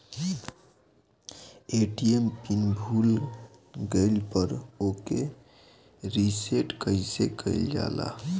ATM pin भूल गईल पर ओके रीसेट कइसे कइल जाला?